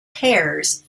hairs